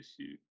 issue